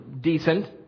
decent